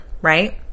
right